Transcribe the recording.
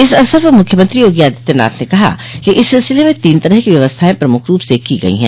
इस अवसर पर मुख्यमंत्री योगी आदित्यनाथ ने कहा कि इस सिलसिले में तीन तरह की व्यवस्थायें प्रमुख रूप से की गई हैं